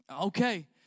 Okay